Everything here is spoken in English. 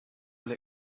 will